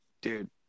Dude